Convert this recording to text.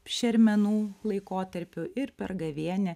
šermenų laikotarpiu ir per gavėnią